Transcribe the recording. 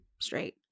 straight